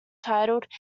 titled